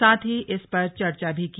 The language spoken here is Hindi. साथ ही इस पर चर्चा भी की